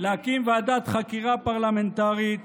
להקים ועדת חקירה פרלמנטרית